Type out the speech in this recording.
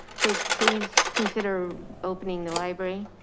so please consider opening the library,